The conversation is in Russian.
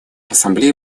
ассамблея